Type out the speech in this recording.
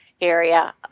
area